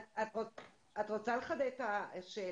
את רוצה לחדד את השאלה?